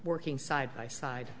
working side by side